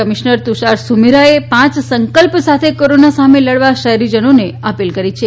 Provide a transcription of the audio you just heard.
commissioner Tushar Sumera એ પાંચ સંકલ્પ સાથે કોરોના સામે લડવા શહેરીજનોને અપીલ કરી છે